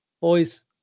Boys